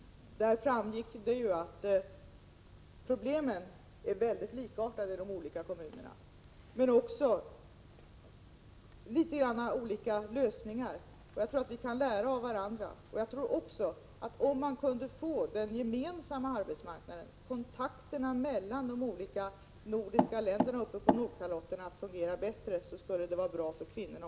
Där framgick det att problemen är likartade i de olika kommunerna men också att lösningarna är olika. Jag tror att vi kan lära av varandra, och om en gemensam arbetsmarknad kan utvecklas så att kontakterna mellan de nordiska länderna på Nordkalotten fungerar bättre, skulle det vara bra också för kvinnorna.